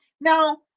Now